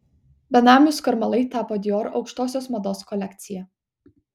benamių skarmalai tapo dior aukštosios mados kolekcija